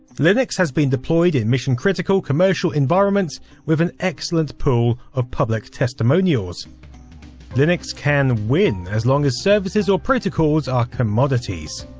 linux has been deployed in mission critical, commercial environments with an excellent pool of public testimonials linux can win as long as services protocols are commodities